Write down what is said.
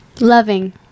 loving